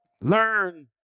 Learn